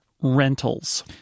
rentals